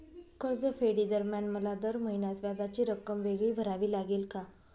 कर्जफेडीदरम्यान मला दर महिन्यास व्याजाची रक्कम वेगळी भरावी लागेल का?